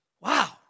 Wow